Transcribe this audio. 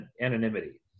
anonymity